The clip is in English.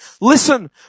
Listen